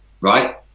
right